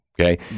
Okay